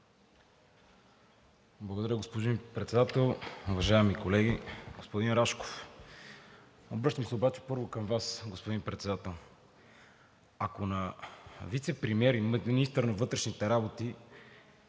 Благодаря, господин Председател. Уважаеми колеги, господин Рашков! Обръщам се обаче първо към Вас, господин Председател. Ако на вицепремиер и министър на вътрешните работи